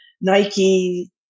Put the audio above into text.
Nike